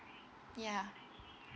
yeah